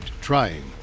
trying